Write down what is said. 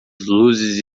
luzes